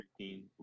13